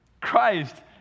Christ